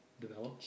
Develop